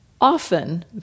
Often